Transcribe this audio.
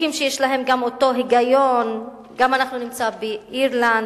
חוקים שיש להם אותו היגיון אנחנו נמצא גם באירלנד,